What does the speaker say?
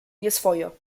nieswojo